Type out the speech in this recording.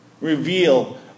Reveal